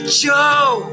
joe